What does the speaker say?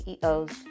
CEOs